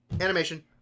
Animation